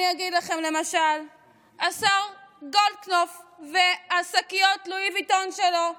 אני אגיד לכם: למשל השר גולדקנופ ושקיות הלואי ויטון שלו,